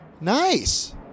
nice